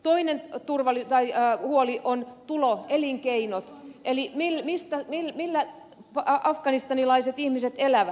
toinen huoli on tuloelinkeinot eli se millä afganistanilaiset ihmiset elävät